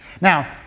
Now